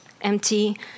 empty